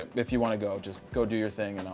if you want to go, just go do your thing and all.